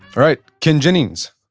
right, ken jennings,